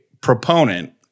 proponent